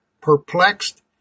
perplexed